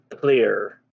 clear